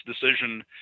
decision